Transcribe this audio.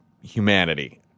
humanity